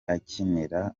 akinira